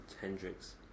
Hendrix